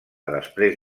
després